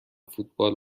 فوتبال